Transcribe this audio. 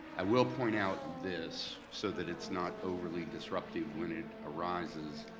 i will point out this so that it's not overly disruptive when it arises.